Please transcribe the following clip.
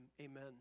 amen